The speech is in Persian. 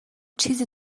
چیزی